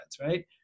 right